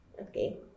Okay